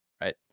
right